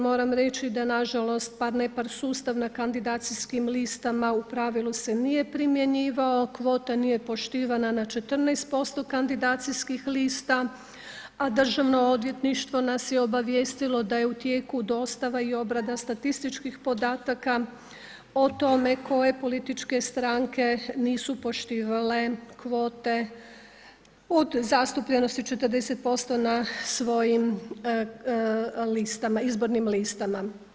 Moram reći da nažalost par-nepar sustav na kandidacijskim listama u pravilu se nije primjenjivao, kvota nije poštivana na 14% kandidacijskih lista, a Državno odvjetništvo nas je obavijestilo da je u tijeku dostava i obrada statističkih podataka o tome koje političke stranke nisu poštivale kvote od zastupljenosti 40% na svojim izbornim listama.